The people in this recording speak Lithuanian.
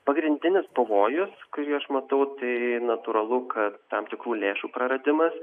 pagrindinis pavojus kurį aš matau tai natūralu kad tam tikrų lėšų praradimas